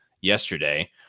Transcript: yesterday